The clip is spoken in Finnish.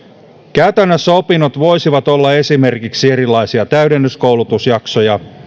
käytännössä opinnot voisivat olla esimerkiksi erilaisia täydennyskoulutusjaksoja